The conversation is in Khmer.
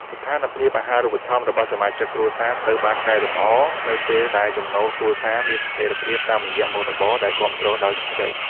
ស្ថានភាពអាហារូបត្ថម្ភរបស់សមាជិកគ្រួសារត្រូវបានកែលម្អ នៅពេលដែលចំណូលគ្រួសារមានស្ថិរភាពតាមរយៈមុខរបរដែលគាំទ្រដោយកម្ចី។